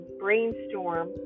brainstorm